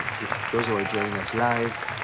if those who are joining us live,